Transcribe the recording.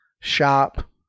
shop